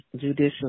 judicial